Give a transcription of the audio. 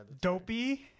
Dopey